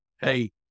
Hey